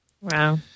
Wow